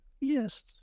Yes